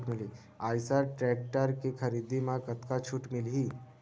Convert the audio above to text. Eicher tractor के खरीदी म कतका छूट मिलही?